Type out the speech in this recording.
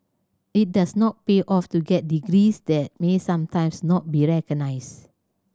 it does not pay off to get degrees that may sometimes not be recognised